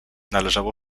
należało